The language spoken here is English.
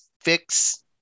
fix